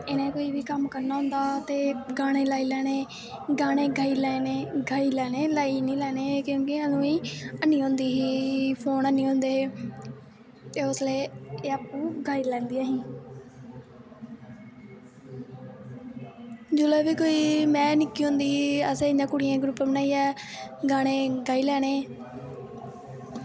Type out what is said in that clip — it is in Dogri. इ'नें कोई बी कम्म करना होंदा हा ते गाने लाई लैने गाने गाई लैने लाई नी लैने क्योंकि अदूं एह् ऐनी होंदे हे फोन ऐनी होंदे हे ते उसलै एह् आपूं गाई लैंदियां हां जिसलै बी में निक्की होंदी ही असें इ'यां कुड़ियें दे ग्रुप बनाइयै गाने गाई गाई लैने ते उसलै एह् आपूं गाई लैंदियां हां जिसलै बी में निक्की होंदी ही असें कुड़ियैं ग्रुप बनाइयै गाने गाई लैने